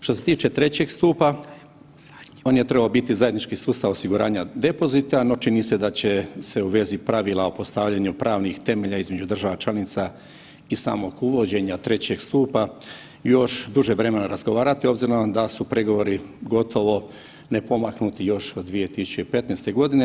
Što se tiče trećeg stupa, on je trebao zajednički sustav osiguranja depozita, no čini da će se u vezi pravila o postavljanju pravnih temelja između država članica i samog uvođenja trećeg stupa još duže vremena razgovarati obzirom da su pregovori gotovo nepomaknuti još od 2015.g.